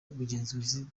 bugenzuzi